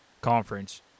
conference